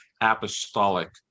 apostolic